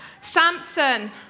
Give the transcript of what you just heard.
Samson